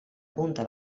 punta